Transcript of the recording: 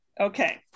okay